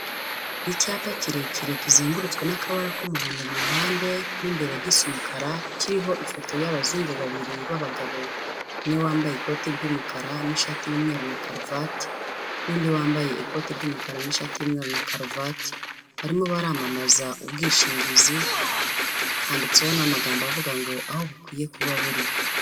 Icyapa kirekire kizengurutswe n'akabara k'umuhondo mu mpande, mo imbere gisa umukara, kiriho ifoto y'abazungu babiri b'abagabo. Umwe wambaye ikoti ry'umukara n'ishati y'umweru na karuvati n'undi wambaye ikoti ry'umukara n'ishati y'umweru na karuvati, barimo baramamaza ubwishingizi, handitseho n'amagambo avuga ngo "aho bukwiye kuba buri."